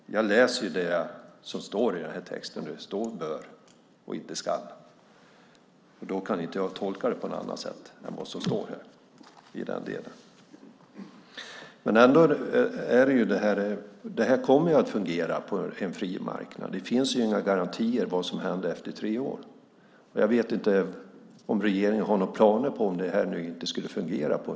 Jag läser det som står i texten. Det står "bör" och inte "ska". Då kan inte jag tolka det på annat sätt än vad som står i den delen. Detta kommer att fungera på en fri marknad. Det finns inga garantier för vad som händer efter tre år. Jag vet inte om regeringen har några planer för hur det blir om det här inte skulle fungera.